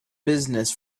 business